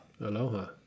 Aloha